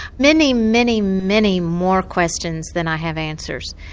many, many, many more questions than i have answers.